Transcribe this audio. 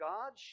God